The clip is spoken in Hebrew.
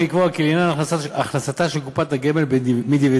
לקבוע כי לעניין הכנסתה של קופת הגמל מדיבידנד,